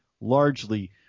largely